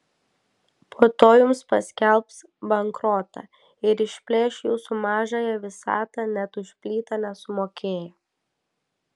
po to jums paskelbs bankrotą ir išplėš jūsų mažąją visatą net už plytą nesumokėję